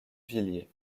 villiers